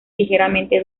ligeramente